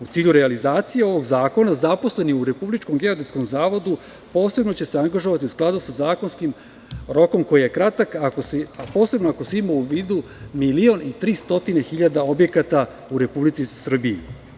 U cilju realizacije ovog zakona, zaposleni u Republičkom geodetskom zavodu posebno će se angažovati u skladu sa zakonskim rokom koji je kratak, a posebno ako se ima u vidu milion i 300.000 objekata u Republici Srbiji.